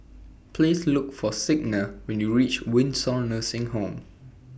Please Look For Signa when YOU REACH Windsor Nursing Home